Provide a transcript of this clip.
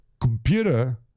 computer